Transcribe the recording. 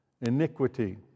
Iniquity